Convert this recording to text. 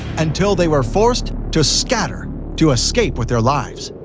until they were forced to scatter to escape with their lives.